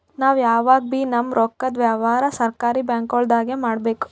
ನಾವ್ ಯಾವಗಬೀ ನಮ್ಮ್ ರೊಕ್ಕದ್ ವ್ಯವಹಾರ್ ಸರಕಾರಿ ಬ್ಯಾಂಕ್ಗೊಳ್ದಾಗೆ ಮಾಡಬೇಕು